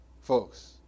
folks